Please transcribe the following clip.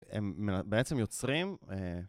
הם בעצם יוצרים